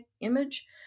image